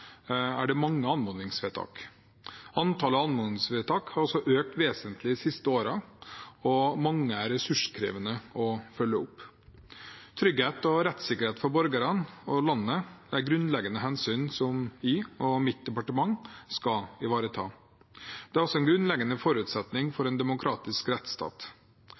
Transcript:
er det mange anmodningsvedtak. Antallet anmodningsvedtak har også økt vesentlig de siste årene, og mange er ressurskrevende å følge opp. Trygghet og rettssikkerhet for borgerne og landet er grunnleggende hensyn som vi og mitt departement skal ivareta. Det er også en grunnleggende forutsetning for en demokratisk rettsstat.